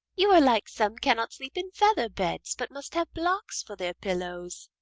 you are like some cannot sleep in feather-beds, but must have blocks for their pillows.